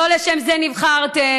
לא לשם כך נבחרתם.